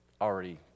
already